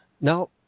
Now